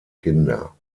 kinder